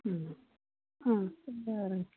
ம் ஆ திரும்ப வரேங்க